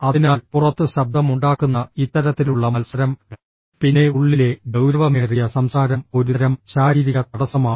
അതിനാൽ പുറത്ത് ശബ്ദമുണ്ടാക്കുന്ന ഇത്തരത്തിലുള്ള മത്സരം പിന്നെ ഉള്ളിലെ ഗൌരവമേറിയ സംസാരം ഒരുതരം ശാരീരിക തടസ്സമാണ്